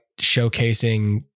showcasing